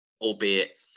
Albeit